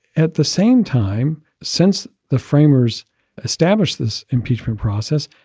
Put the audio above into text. at the same time, since the framers established this impeachment process,